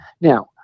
Now –